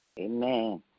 Amen